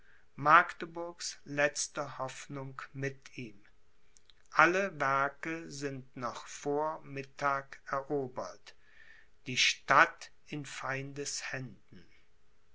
magdeburgs letzte hoffnung mit ihm alle werke sind noch vor mittag erobert die stadt in feindes